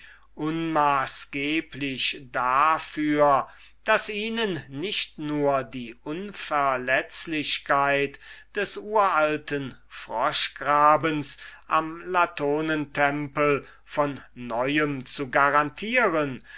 ohnmaßgeblich davor daß ihnen nicht nur die unverletzlichkeit des uralten froschgrabens am latonentempel von neuem zu garantieren